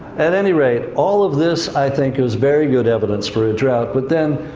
at any rate, all of this, i think, is very good evidence for a drought. but then,